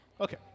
Okay